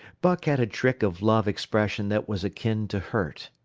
buck had a trick of love expression that was akin to hurt.